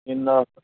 ਜਿੰਨਾ